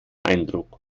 eindruck